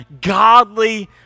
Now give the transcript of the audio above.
godly